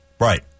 Right